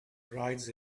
rides